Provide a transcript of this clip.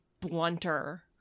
blunter